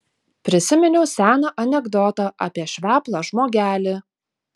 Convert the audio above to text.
prisiminiau seną anekdotą apie šveplą žmogelį